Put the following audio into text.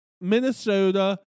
Minnesota